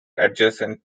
adjacent